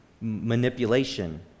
Manipulation